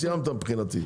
סיימת מבחינתי.